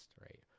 right